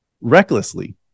recklessly